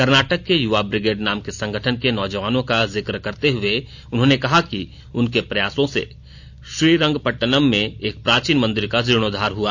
कर्नाटक के यूवा ब्रिगेड नाम के संगठन के नौजवानों का जिक्र करते हुए उन्होंने कहा कि उनके प्रयासों से श्रीरंगपट्टनम में एक प्राचीन मंदिर का जीर्णोद्वार हुआ